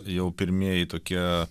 jau pirmieji tokie